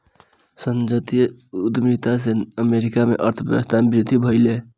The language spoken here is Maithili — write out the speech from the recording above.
संजातीय उद्यमिता से अमेरिका के अर्थव्यवस्था में वृद्धि भेलै